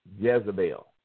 Jezebel